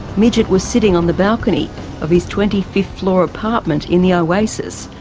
midget was sitting on the balcony of his twenty fifth floor apartment in the oasis,